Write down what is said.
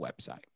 website